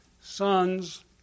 sons